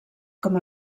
com